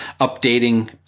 updating